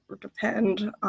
depend